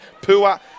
Pua